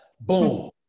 Boom